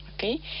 Okay